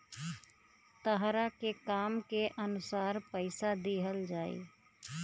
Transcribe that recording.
तहरा के काम के अनुसार पइसा दिहल जाइ